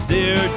Dear